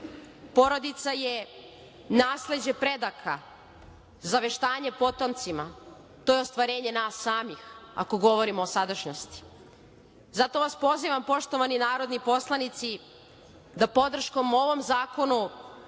Porodica je nasleđe predaka, zaveštanje potomcima, to je ostvarenje nas samih, ako govorimo o sadašnjosti. Zato vas pozivam, poštovani narodni poslanici da podrškom ovom zakonu